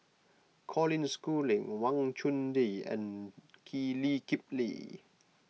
Colin Schooling Wang Chunde and Lee Kip Lee